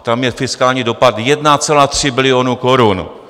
Tam je fiskální dopad 1,3 bilionu korun.